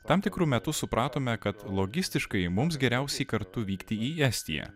tam tikru metu supratome kad logistiškai mums geriausiai kartu vykti į estiją